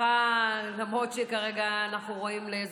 למרות שכרגע אנחנו רואים לאיזה כיוון זה הולך.